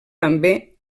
també